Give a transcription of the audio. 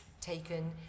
taken